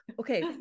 okay